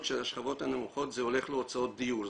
של השכבות הנמוכות זה הולך להוצאות דיור,